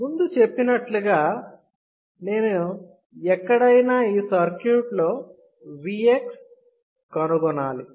ముందు చెప్పినట్లుగా నేను ఎక్కడైనా ఈ సర్క్యూట్ లో Vx కనుగొనాలి